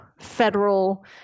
federal